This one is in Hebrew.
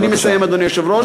אני מסיים, אדוני היושב-ראש.